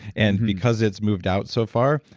and because it's moved out so far,